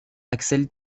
axel